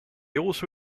also